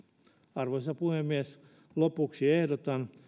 arvoisa puhemies lopuksi ehdotan